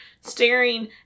staring